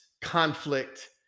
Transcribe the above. conflict